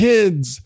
Kids